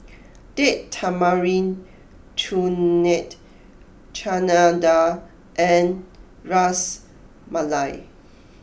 Date Tamarind Chutney Chana Dal and Ras Malai